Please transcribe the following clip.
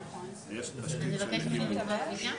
אין ויכוח.